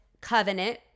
covenant